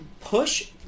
push